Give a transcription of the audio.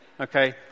Okay